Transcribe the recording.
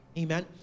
amen